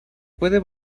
puede